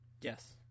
Yes